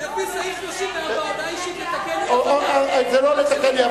המצור הוא לא חוקי, לא אנושי, לא לגיטימי.